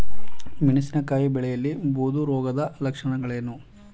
ಮೆಣಸಿನಕಾಯಿ ಬೆಳೆಯಲ್ಲಿ ಬೂದು ರೋಗದ ಲಕ್ಷಣಗಳೇನು?